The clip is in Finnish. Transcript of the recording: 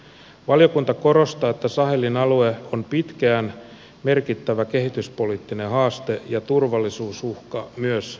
valiokunta korostaa että sahelin alue on pitkään merkittävä kehityspoliittinen haaste ja turvallisuusuhka myös euroopalle